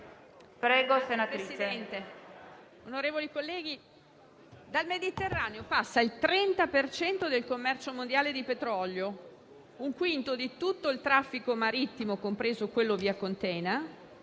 Signor Presidente, onorevoli colleghi, dal Mediterraneo passa il 30 per cento del commercio mondiale di petrolio; un quinto di tutto il traffico marittimo, compreso quello via *container*;